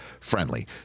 friendly